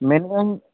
ᱢᱮᱱᱮᱜ ᱟᱹᱧ